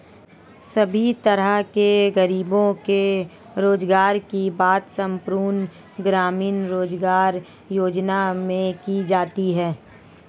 सभी तरह के गरीबों के रोजगार की बात संपूर्ण ग्रामीण रोजगार योजना में की जाती है